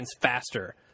faster